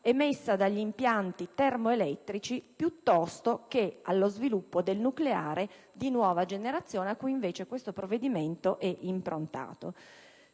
emessa dagli impianti termoelettrici, piuttosto che allo sviluppo del nucleare di nuova generazione a cui, invece, questo provvedimento è improntato.